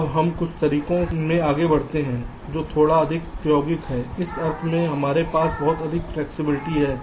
अब हम कुछ तरीकों में आगे बढ़ते हैं जो थोड़ा अधिक प्रायोगिक हैं इस अर्थ में कि हमारे पास बहुत अधिक फ्लैक्सिबिलिटी है